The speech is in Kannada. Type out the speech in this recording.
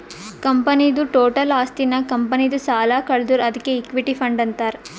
ಕಂಪನಿದು ಟೋಟಲ್ ಆಸ್ತಿ ನಾಗ್ ಕಂಪನಿದು ಸಾಲ ಕಳದುರ್ ಅದ್ಕೆ ಇಕ್ವಿಟಿ ಫಂಡ್ ಅಂತಾರ್